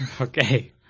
Okay